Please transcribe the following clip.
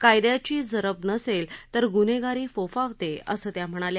कायद्याची जरब नसेल तर गुन्हेगारी फोफावते असं त्या म्हणाल्या